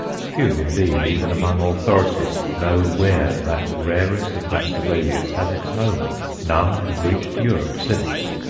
few, indeed, even among authorities, know where that rarest of masdevallias has its home none have reached europe since.